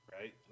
right